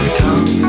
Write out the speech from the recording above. come